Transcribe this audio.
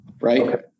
right